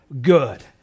good